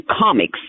Comics